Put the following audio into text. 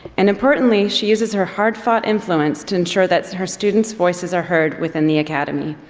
and importantly, she uses her hard fought influence to ensure that her students voices are heard within the academy.